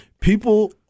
People